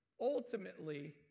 Ultimately